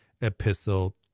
epistle